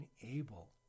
unable